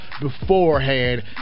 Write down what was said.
beforehand